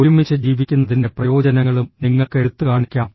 ഒരുമിച്ച് ജീവിക്കുന്നതിന്റെ പ്രയോജനങ്ങളും നിങ്ങൾക്ക് എടുത്തുകാണിക്കാം